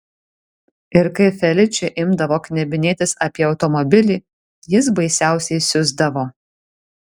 ir kai feličė imdavo knebinėtis apie automobilį jis baisiausiai siusdavo